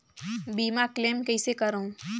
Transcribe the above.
बीमा क्लेम कइसे करों?